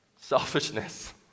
selfishness